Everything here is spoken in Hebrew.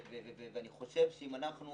אני חושב שאנחנו